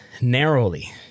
narrowly